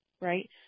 right